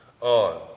on